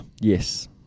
Yes